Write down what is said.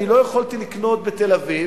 לא יכולתי לקנות בתל-אביב,